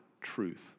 truth